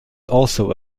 also